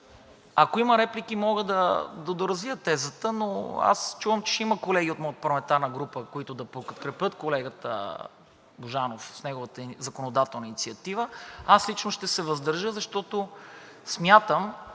Ако има реплики, мога да доразвия тезата, но аз чувам, че ще има колеги от моята парламентарна група, които да подкрепят колегата Божанов в неговата законодателна инициатива. Аз лично ще се въздържа, защото смятам,